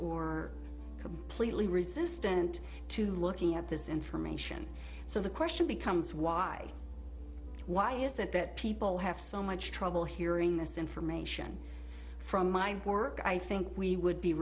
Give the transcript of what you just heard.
or completely resistant to looking at this information so the question becomes why why is it that people have so much trouble hearing this information from my work i think we would be